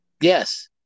Yes